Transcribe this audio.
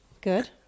Good